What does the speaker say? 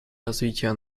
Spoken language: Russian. развития